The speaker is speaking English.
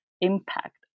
impact